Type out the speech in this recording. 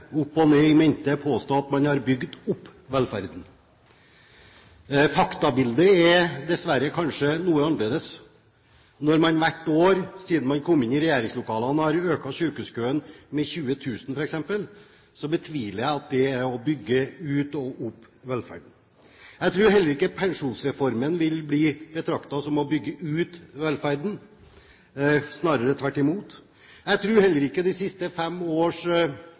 opp og ned i mente påstå at man har bygd opp velferden. Faktabildet er dessverre kanskje noe annerledes. Når de hvert år siden de kom inn i regjeringslokalene har økt sykehuskøene med 20 000 f.eks., betviler jeg at det er å bygge ut og opp velferden. Jeg tror heller ikke pensjonsreformen vil bli betraktet som noe som bygger ut velferden, snarere tvert imot. Jeg tror heller ikke de siste fire års